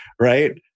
right